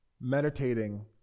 meditating